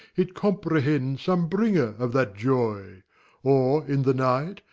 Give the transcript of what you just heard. it comprehends some bringer of that joy or in the night,